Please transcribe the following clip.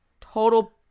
total